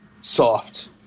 soft